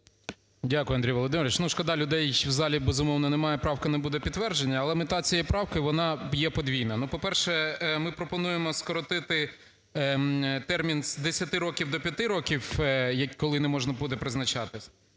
Дякую, Андрій Володимирович. Ну, шкода, людей в залі, безумовно, немає. Правка не буде підтверджена. Але мета цієї правки, вона є подвійна. Ну, по-перше, ми пропонуємо скоротити термін з 10 років до 5 років, коли не можна буде призначати.